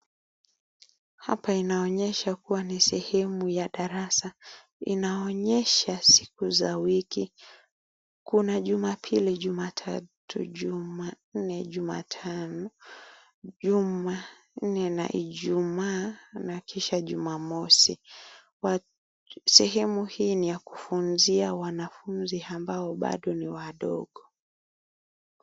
Hapa inaonyesha kuwa ni sehemu ya darasa. Inaonyesha siku za wiki. Kuna Jumapili, Jumatatu, Jumanne, Jumatano, Jumanne na Ijumaa na kisha Jumamosi. Sehemu hii ni ya kufunzia wanafunzi ambao bado ni wadogo.